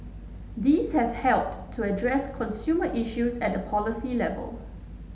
these have helped to address consumer issues at policy level